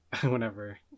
whenever